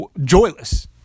joyless